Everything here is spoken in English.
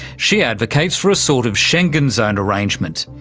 she advocates for a sort of schengen zone arrangement.